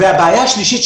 והבעיה השלישית,